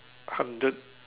hundred